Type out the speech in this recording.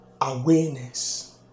awareness